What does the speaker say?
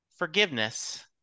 forgiveness